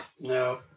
No